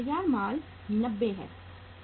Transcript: तैयार माल 90 था